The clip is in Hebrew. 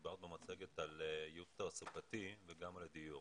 דיברת במצגת על ייעוץ תעסוקתי וגם על הדיור.